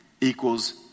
equals